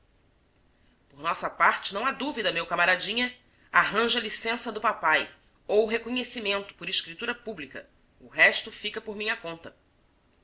por nossa parte não há dúvida meu camaradinha arranje a licença do papai ou o reconhecimento por escritura pública o resto fica por minha conta